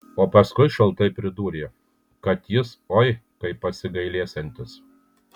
o paskui šaltai pridūrė kad jis oi kaip pasigailėsiantis